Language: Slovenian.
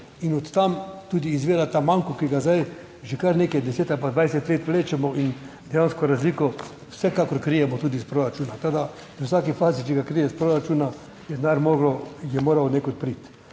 In od tam tudi izvira ta manko, ki ga zdaj že kar nekaj deset ali pa 20 let vlečemo in dejansko razliko vsekakor krijemo tudi iz proračuna. Tako da v vsaki fazi, če ga krije iz proračuna, je denar moral, je moral